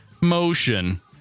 Motion